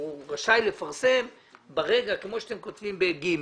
למה לא מספיק שהוא רשאי לפרסם כמו שאתם כותבים ב-(ג)